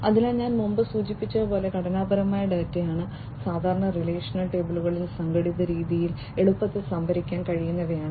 അതിനാൽ ഞാൻ മുമ്പ് സൂചിപ്പിച്ചതുപോലെ ഘടനാപരമായ ഡാറ്റയാണ് സാധാരണ റിലേഷണൽ ടേബിളുകളിൽ സംഘടിത രീതിയിൽ എളുപ്പത്തിൽ സംഭരിക്കാൻ കഴിയുന്നവയാണ്